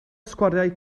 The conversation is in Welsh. sgwariau